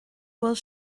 bhfuil